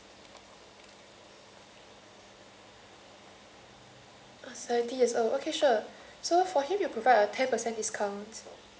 uh seventy years old okay sure so for him we'll provide a ten percent discount